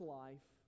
life